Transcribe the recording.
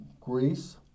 Greece